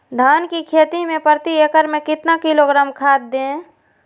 धान की खेती में प्रति एकड़ में कितना किलोग्राम खाद दे?